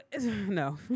no